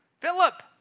Philip